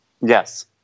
Yes